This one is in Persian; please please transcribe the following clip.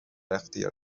اختیار